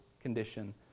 condition